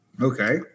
Okay